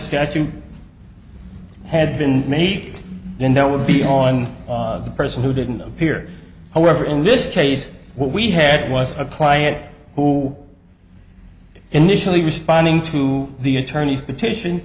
statute had been made then that would be on the person who didn't appear however in this case what we had was a client who initially responding to the attorney's petition